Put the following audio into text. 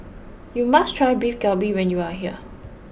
you must try Beef Galbi when you are here